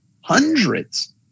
hundreds